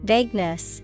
Vagueness